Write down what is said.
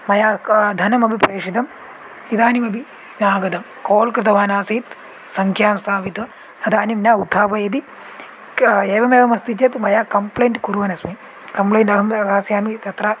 मया क धनमपि प्रेषितम् इदानीमपि न आगतं काल् कृतवान् आसीत् सङ्ख्यां स्थापितुम् इदानीं न उत्थापयति क एवमेवम् अस्ति चेत् मया कम्प्लेण्ट् कुर्वन् अस्मि कम्प्लेण्ट् अहं दास्यामि तत्र